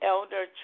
Elder